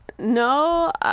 No